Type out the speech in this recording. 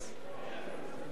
בעד,